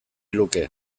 luke